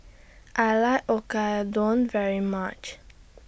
I like Oyakodon very much